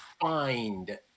find